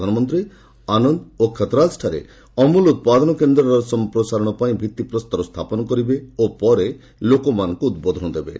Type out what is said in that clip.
ପ୍ରଧାନମନ୍ତ୍ରୀ ଆନନ୍ଦ ଓ ଖତରାଜଠାରେ ଅମ୍ବୁଲ ଉତ୍ପାଦନ କେନ୍ଦ୍ରର ସମ୍ପ୍ରସାରଣ ପାଇଁ ଭିତ୍ତିପ୍ରସ୍ତର ସ୍ଥାପନ କରିବେ ଓ ପରେ ଲୋକମାନଙ୍କୁ ଉଦ୍ବୋଧନ ଦେବେ